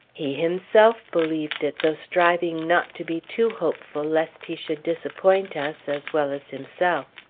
he himself believed it, though striving not to be too hopeful lest he should disappoint us, as well as himself.